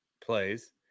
plays